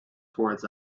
towards